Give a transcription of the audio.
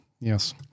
Yes